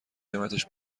قیمتش